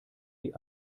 die